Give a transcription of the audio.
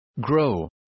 Grow